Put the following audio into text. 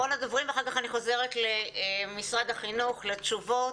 אחרון הדוברים ואחר כך אני חוזרת למשרד החינוך לתשובות.